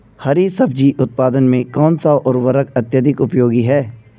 हरी सब्जी उत्पादन में कौन सा उर्वरक अत्यधिक उपयोगी है?